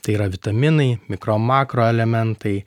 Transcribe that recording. tai yra vitaminai mikro makroelementai